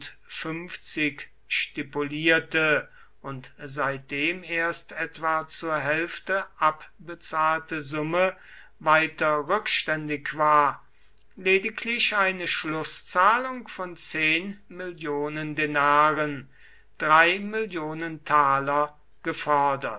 stipulierte und seitdem erst etwa zur hälfte abbezahlte summe weiter rückständig war lediglich eine schlußzahlung von denaren